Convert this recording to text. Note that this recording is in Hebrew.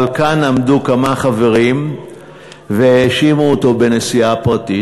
אבל כאן עמדו כמה חברים והאשימו אותו בנסיעה פרטית.